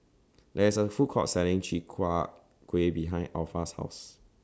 There IS A Food Court Selling Chi Kak Kuih behind Alpha's House